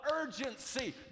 urgency